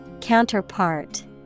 Counterpart